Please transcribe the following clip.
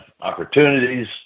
opportunities